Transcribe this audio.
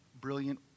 brilliant